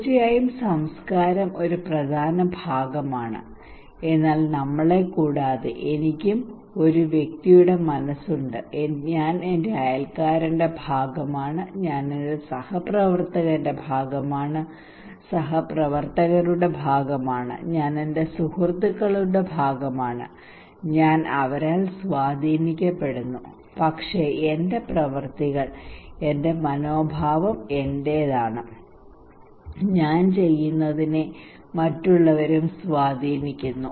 തീർച്ചയായും സംസ്കാരം ഒരു പ്രധാന ഭാഗമാണ് എന്നാൽ നമ്മളെക്കൂടാതെ എനിക്കും ഒരു വ്യക്തിയുടെ മനസ്സുണ്ട് ഞാൻ എന്റെ അയൽക്കാരന്റെ ഭാഗമാണ് ഞാൻ എന്റെ സഹപ്രവർത്തകന്റെ ഭാഗമാണ് സഹപ്രവർത്തകരുടെ ഭാഗമാണ് ഞാൻ എന്റെ സുഹൃത്തുക്കളുടെ ഭാഗമാണ് ഞാൻ അവരാൽ സ്വാധീനിക്കപ്പെടുന്നു പക്ഷേ എന്റെ പ്രവൃത്തികൾ എന്റെ മനോഭാവം എന്റേതാണ് ഞാൻ ചെയ്യുന്നതിനെ മറ്റുള്ളവരും സ്വാധീനിക്കുന്നു